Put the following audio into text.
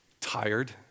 Tired